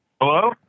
Hello